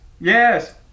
Yes